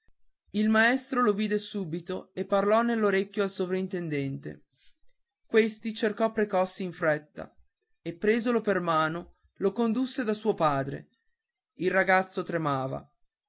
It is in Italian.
il maestro lo vide subito e parlò nell'orecchio al sovrintendente questi cercò precossi in fretta e presolo per mano lo condusse da suo padre il ragazzo tremava